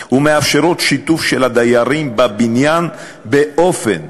ומאפשרות שיתוף של הדיירים בבניין באופן,